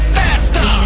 faster